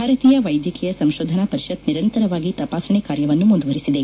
ಭಾರತೀಯ ವ್ತೆದ್ಯಕೀಯ ಸಂಶೋಧನಾ ಪರಿಷತ್ ನಿರಂತರವಾಗಿ ತಪಾಸಣೆ ಕಾರ್ಯವನ್ತು ಮುಂದುವರಿಸಿದೆ